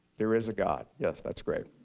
there is a god. yes, that's great.